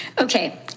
Okay